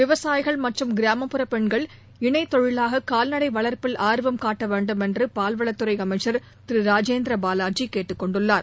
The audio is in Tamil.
விவசாயிகள் மற்றும் கிராமப்புற பெண்கள் இணை தொழிலாக கால்நடை வளா்ப்பில் ஆர்வம் காட்ட வேண்டும் என்று பால்வளத் துறை அமைச்சா் திரு ராஜேந்திர பாலாஜி கேட்டுக்கொண்டுள்ளார்